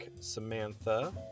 Samantha